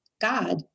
God